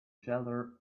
shelter